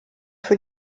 für